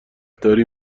داری